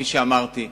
כפי שאמרתי,